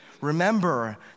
Remember